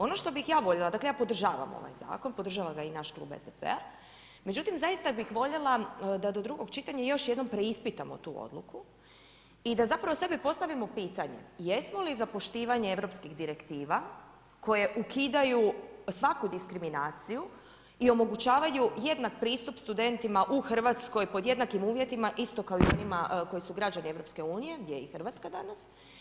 Ono što bi ja voljela, dakle, ja podržavam ovaj zakon, podržava ga i naš Klub SDP-a, međutim, zaista bih voljela, da do drugog čitanja još jednom preispitamo tu odluku i da zapravo sebi postavimo pitanje, jesmo li za poštivanje europskih direktiva, koje okidaju svaku diskriminaciju i omogućavaju jednak pristup studentima u Hrvatskoj, pod jednakim uvjetima, isto kao i u onima koji su građani EU, gdje je i Hrvatska, danas.